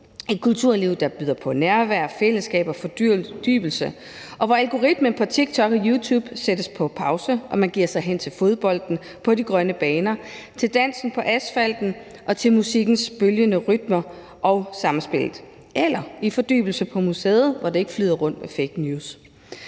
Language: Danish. et kulturliv, der bygger på nærvær, fællesskaber, fordybelse, og hvor algoritmen fra TikTok og YouTube sættes på pause og man giver sig hen til fodbolden på de grønne baner, til dansen på asfalten og til musikkens bølgende rytmer og samspil eller i fordybelse på museet, hvor det ikke flyder rundt med fake news.